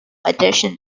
editions